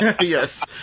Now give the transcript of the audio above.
Yes